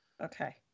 Okay